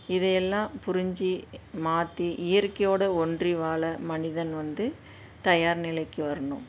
இதை எல்லாம் புரிஞ்சு மாற்றி இயற்கையோடு ஒன்றி வாழ மனிதன் வந்து தயார் நிலைக்கு வரணும்